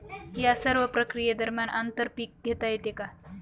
या सर्व प्रक्रिये दरम्यान आंतर पीक घेता येते का?